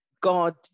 God